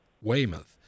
Weymouth